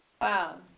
Wow